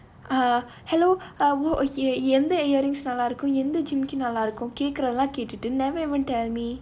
uh hello uh uh எந்த:endha earrings நல்லா இருக்கும் எந்த ஜிமிக்கி நல்லா இருக்கும் கேக்குறதெல்லாம் கேட்டுட்டு:nallaa irukkum endha jimmikki nallaa irukkum kekurathellaam ketutu they never even tell me